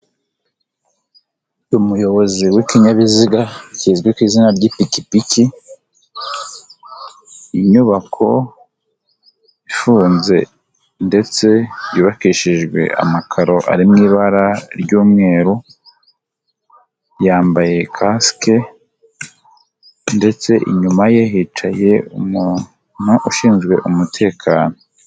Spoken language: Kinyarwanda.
Umuyobozi w'ikinyabiziga kizwi ku izina ry'ipikipiki, inyubako ifunze ndetse yubakishijwe amakaro ari mu ibara ry'umweru, yambaye kasike ndetse inyuma ye hicaye umu ushinzwe umutekano.